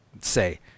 say